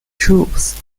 troops